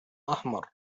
أحمر